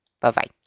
Bye-bye